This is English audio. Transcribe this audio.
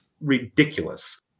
ridiculous